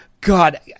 God